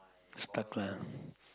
stuck lah